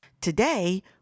Today